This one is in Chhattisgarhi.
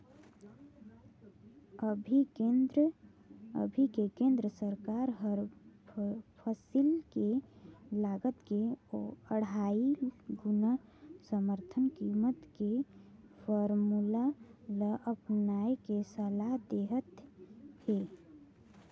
अभी के केन्द्र सरकार हर फसिल के लागत के अढ़ाई गुना समरथन कीमत के फारमुला ल अपनाए के सलाह देहत हे